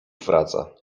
wraca